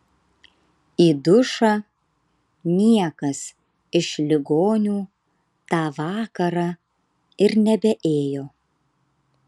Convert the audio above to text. į dušą niekas iš ligonių tą vakarą ir nebeėjo